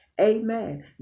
Amen